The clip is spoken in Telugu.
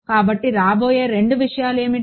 కాబట్టి రాబోయే రెండు విషయాలు ఏమిటి